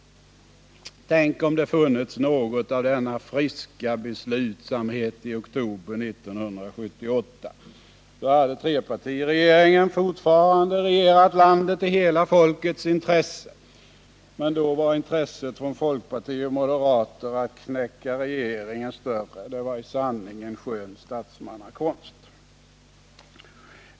Tänk om det funnits något av denna friska beslutsamhet i oktober 1978. Då hade trepartiregeringen fortfarande regerat landet i hela folkets intresse, men då var folkpartiets och moderaternas intresse att knäcka regeringen större. Det var i sanning en skön statsmannakonst!